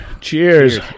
Cheers